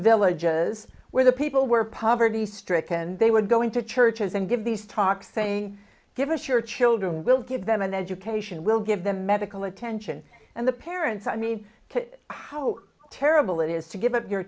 villages where the people were poverty stricken and they would go into churches and give these talks saying give us your children we'll give them an education we'll give them medical attention and the parents i mean how terrible it is to give up your